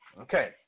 Okay